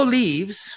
leaves